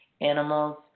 animals